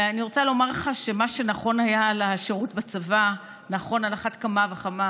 אני רוצה לומר לך שמה שנכון היה לשירות בצבא נכון על אחת כמה וכמה